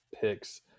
picks